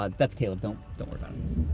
ah that's caleb, don't don't worry about him.